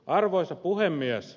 arvoisa puhemies